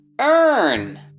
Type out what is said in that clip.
earn